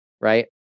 right